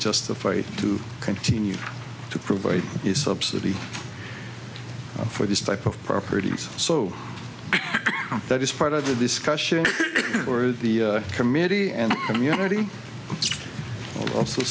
justified to continue to provide the subsidy for this type of properties so that is part of the discussion or the committee and community also